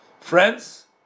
friends